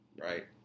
right